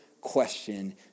question